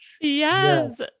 Yes